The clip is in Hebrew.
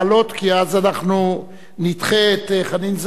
כי אז אנחנו נדחה את חנין זועבי,